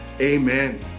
Amen